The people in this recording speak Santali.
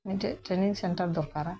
ᱢᱤᱫᱴᱮᱡ ᱴᱨᱮᱱᱤᱝ ᱥᱮᱱᱴᱟᱨ ᱫᱚᱨᱠᱟᱨᱟ